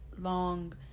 long